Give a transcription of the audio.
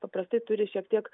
paprastai turi šiek tiek